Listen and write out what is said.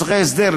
מוסכי הסדר,